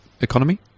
economy